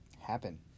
Happen